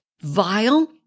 vile